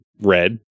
red